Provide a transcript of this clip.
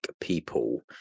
people